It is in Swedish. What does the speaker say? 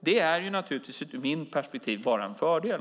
Det är naturligtvis ur mitt perspektiv bara en fördel.